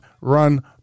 run